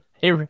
Hey